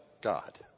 God